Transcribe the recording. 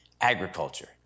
agriculture